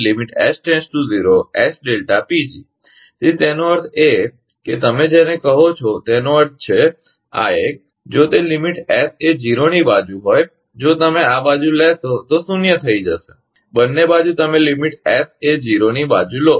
તેથી તેથી તેનો અર્થ એ કે તમે જેને કહો છો તેનો અર્થ છે આ એક જો તે લીમીટ S એ 0 ની બાજુ હોય જો તમે આ બાજુ લેશો તો શૂન્ય થઈ જશે બંને બાજુ તમે લીમીટ S એ 0 ની બાજુ લો